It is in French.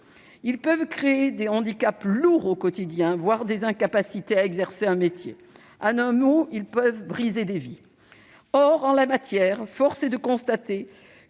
qui peuvent créer des handicaps lourds au quotidien, voire des incapacités à exercer un métier- en un mot, ils peuvent briser des vies. Or force est de constater